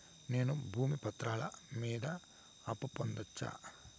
నేను భూమి పత్రాల మీద అప్పు పొందొచ్చా?